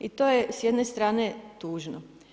I to je s jedne stane tužno.